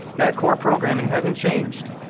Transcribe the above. that core programming hasn't changed.